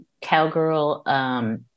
cowgirl